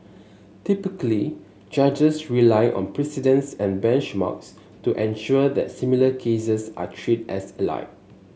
typically judges rely on precedents and benchmarks to ensure that similar cases are treated as alike